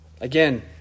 Again